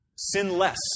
sinless